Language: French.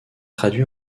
traduit